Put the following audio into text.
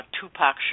Tupac